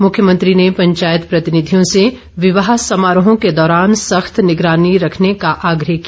मुख्यमंत्री ने पंचायत प्रतिनिधियों से विवाह समारोहों के दौरान सख्त निगरानी रखने का आग्रह किया